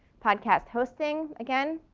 podcast hosting again,